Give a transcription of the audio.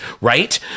right